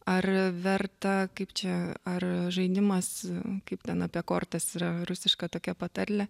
ar verta kaip čia ar žaidimas kaip ten apie kortas yra rusiška tokia patarlė